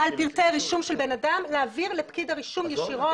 על פרטי רישום של בן אדם להעביר לפקיד הרישום ישירות.